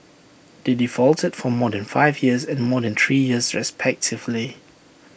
they defaulted for more than five years and more than three years respectively